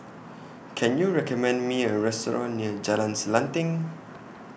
Can YOU recommend Me A Restaurant near Jalan Selanting